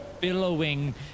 billowing